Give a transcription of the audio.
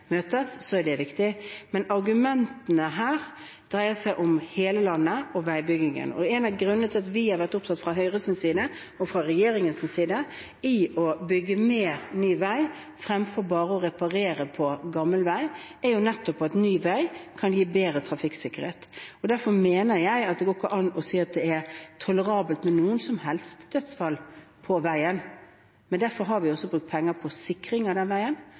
viktig. Men argumentene her dreier seg om hele landet og veibyggingen. En av grunnene til at vi fra Høyres side og regjeringens side har vært opptatt av å bygge mer ny vei fremfor bare å reparere på gammel vei, er nettopp at ny vei kan gi bedre trafikksikkerhet. Jeg mener det ikke går an å si at det er tolerabelt med noen som helst dødsfall på veien. Derfor har vi også brukt penger på sikring av veien,